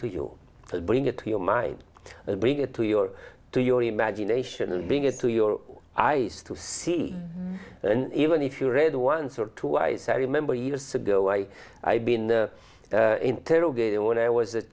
to you to bring it to your mind and bring it to your to your imagination and bring it to your eyes to see and even if you read once or twice i remember years ago i had been interrogated when i was a